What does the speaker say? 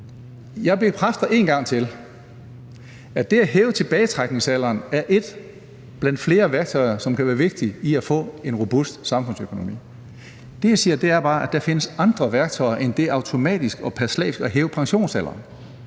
Jeg bekræfter en gang til, at det at hæve tilbagetrækningsalderen er et blandt flere værktøjer, som kan være vigtige i at få en robust samfundsøkonomi. Det, jeg siger, er bare, at der findes andre værktøjer end det pr. automatik og slavisk at hæve pensionsalderen.